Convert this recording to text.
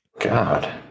God